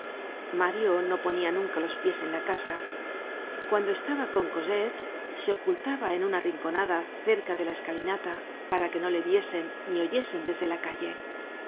mario no ponia nunca los pies en la casa cuando estaba con cosette se ocultaba en una rinconada cerca de la escalinata para que no le viesen ni oyesen desde la calle